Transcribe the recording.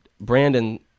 brandon